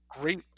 great